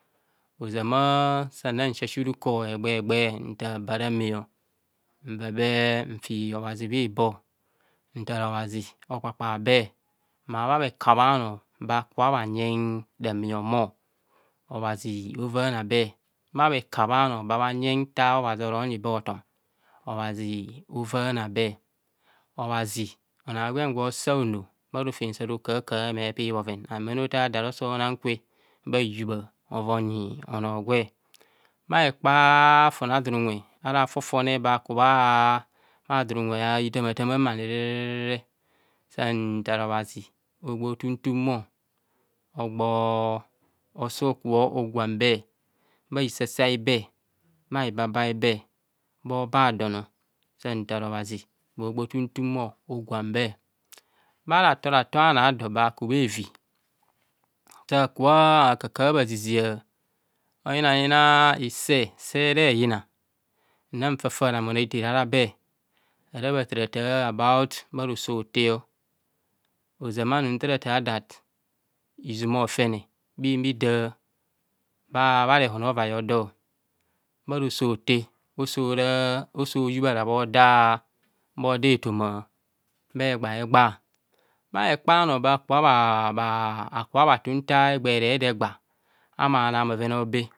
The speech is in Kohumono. Ozama, saa na she ruko egbee he egbee thaa baa ramạọ, nva bee nfi obhoizi bhizo, nta obhazi ho kpakpaa bee, maa bha bhekape anoo bha kubho bha nyeng rama ohumo obhazi hovanaa bee, bha bhe kabhe anọọ bha nyeng nta obhazi oronyi bee hotom obhazi hovana bee. Obhazi onọọ agwen guo sa hono bha rofem sa rokahakaha mee pio bhoven amene othaa that osoo nong kwe bhahibha owo nyi onoo gwe. Bhekpa onunwe aithemathema mani re, saa nta obhazi ho gbo tum tum bho, osoo kubo ogurong bee bha hisasa aibee, bha hibaba aibee, bho bee adon ọ, saa nta obhazi hogbo tem- tem bho no gwang bee. Bha rato rato anọọ ado bha ku bhevi, sạ kạkạ zizia, oyina yinu hisee sere yina, na fa- fa ramon aithere ara bee, ara bha tạrạtạ about bharoso ota ọ. Ozama anun ntarata that, izuma hofene bhimida, bha rehon avae ọdọ bharoso ta oso yubhara bho de toma bhe gba he gba, bhaekpa anọọ bha ku bha tun nta egbee re de gba ma bha nang bhoven aobee